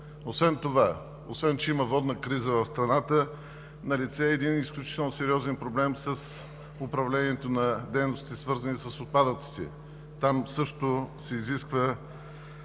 резултати. Освен че има водна криза в страната, налице е един изключително сериозен проблем с управлението на дейностите, свързани с отпадъците – там също се изисква